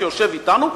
שיושב אתנו,